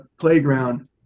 playground